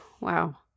wow